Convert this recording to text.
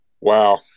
Wow